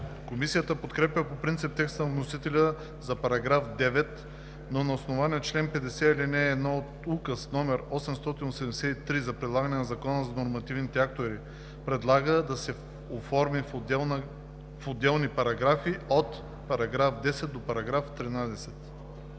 Комисията подкрепя по принцип текста на вносителя за № 9, но на основание чл. 50, ал. 1 от Указ № 883 за прилагане на Закона за нормативните актове предлага да се оформи в отделни параграфи от § 10 до § 13.